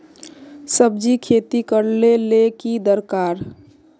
सब्जी खेती करले ले की दरकार?